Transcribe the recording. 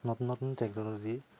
নতুন নতুন টেকন'ল'জি